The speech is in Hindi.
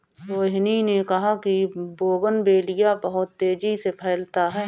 रोहिनी ने कहा कि बोगनवेलिया बहुत तेजी से फैलता है